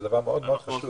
זה דבר מאוד חשוב.